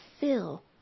fill